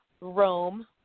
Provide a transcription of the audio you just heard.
Rome